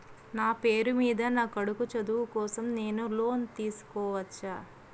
నా పేరు మీద నా కొడుకు చదువు కోసం నేను లోన్ తీసుకోవచ్చా?